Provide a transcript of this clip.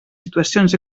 situacions